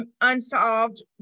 unsolved